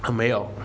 还没有